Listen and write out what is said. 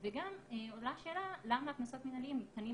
וגם עולה השאלה למה הקנסות המנהליים ניתנים